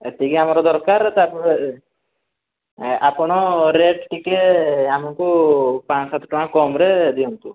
ଏତିକି ଆମର ଦରକାର ତା'ପରେ ଆପଣ ରେଟ୍ ଟିକେ ଆମକୁ ପାଞ୍ଚ ସାତଟଙ୍କା କମରେ ଦିଅନ୍ତୁ